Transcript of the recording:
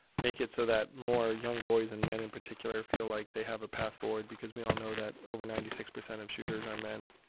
make it so that more young boys and men in particular feel like they have a path forward because we all know that over ninety six percent of shooters are men.